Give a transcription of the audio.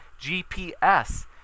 GPS